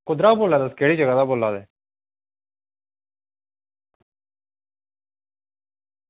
कुद्धरा दा बोल्ला दे केह्ड़ी जगह दा बोल्ला दे